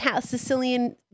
sicilian